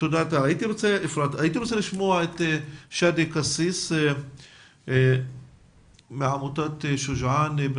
האם יש מישהו מבין המוזמנים שיכול לדבר על